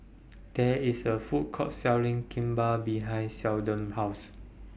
There IS A Food Court Selling Kimbap behind Sheldon's House